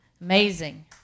Amazing